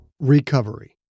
Recovery